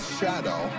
shadow